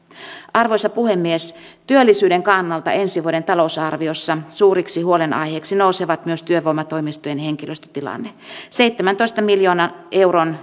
arvoisa puhemies työllisyyden kannalta ensi vuoden talousarviossa suureksi huolenaiheeksi nousee myös työvoimatoimistojen henkilöstötilanne seitsemäntoista miljoonan euron